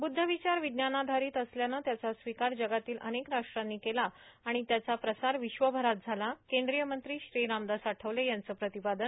बुद्धविचार विज्ञानाधारत असल्यानं त्याचा स्वीकार जगातील अनेक राष्ट्रांनी केला आणि त्याचा प्रसार विश्वभरात झाला कद्रीय मंत्री श्री रामदास आठवले यांचं प्रतिपादन